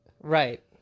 right